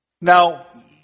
Now